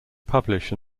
publish